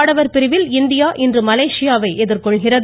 ஆடவா பிரிவில் இந்தியா இன்று மலேசியாவை எதிர்கொள்கிறது